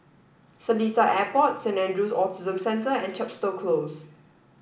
Seletar Airport Saint Andrew's Autism Centre and Chepstow Close